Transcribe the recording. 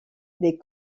des